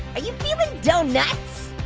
are you feeling do nuts?